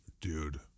Dude